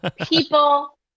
people